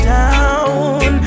down